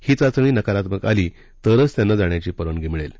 ही चाचणी नकारात्मक आली तरच त्यांना जाण्याची परवानगी मिळेल